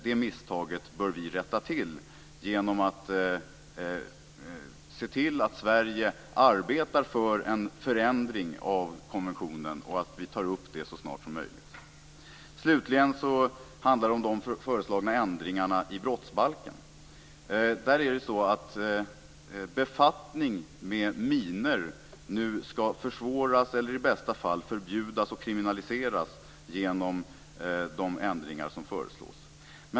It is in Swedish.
Det misstaget bör vi rätta till genom att se till att Sverige arbetar för en förändring av konventionen, och vi bör ta upp detta så snart som möjligt. Slutligen handlar det om de föreslagna ändringarna i brottsbalken. Befattning med minor skall nu försvåras eller i bästa fall förbjudas och kriminaliseras genom de ändringar som föreslås.